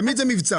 תמיד זה מבצע.